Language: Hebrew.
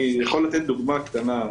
אני יכול לתת דוגמה קטנה.